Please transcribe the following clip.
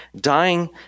dying